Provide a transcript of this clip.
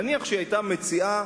נניח שהיתה מציעה